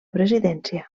presidència